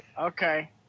Okay